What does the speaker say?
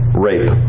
rape